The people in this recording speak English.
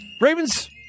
Ravens